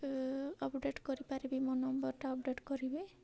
update କରିପାରିବି ମୋ ନମ୍ବର୍ଟା ଅପ୍ଡ଼େଟ୍ କରିବି